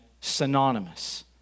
synonymous